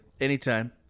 Anytime